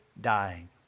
dying